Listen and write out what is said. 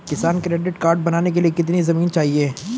किसान credit card बनाने के लिए कितनी जमीन चाहिए?